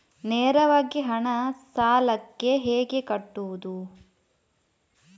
ನೇರವಾಗಿ ಹಣ ಸಾಲಕ್ಕೆ ಹೇಗೆ ಕಟ್ಟುವುದು?